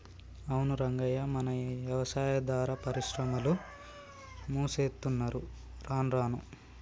అవును రంగయ్య మన యవసాయాదార పరిశ్రమలు మూసేత్తున్నరు రానురాను